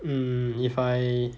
mm if I